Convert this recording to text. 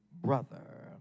brother